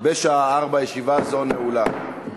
בשעה 16:00. ישיבה זו נעולה.